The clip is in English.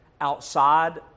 outside